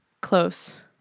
close